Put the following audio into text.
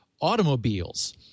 automobiles